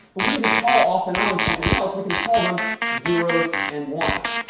but we can just call off and on something else. we can call them zeros and ones.